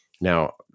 Now